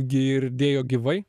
girdėjo gyvai